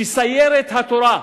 שסיירת התורה,